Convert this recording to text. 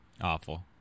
awful